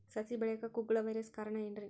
ಸಸಿ ಬೆಳೆಯಾಕ ಕುಗ್ಗಳ ವೈರಸ್ ಕಾರಣ ಏನ್ರಿ?